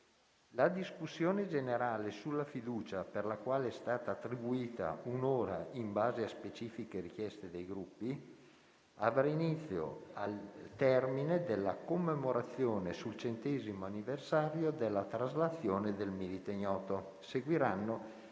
La discussione sulla fiducia, per la quale è stata attribuita un'ora in base a specifiche richieste dei Gruppi, avrà inizio al termine della commemorazione sul 100° anniversario della traslazione del Milite Ignoto. Seguiranno le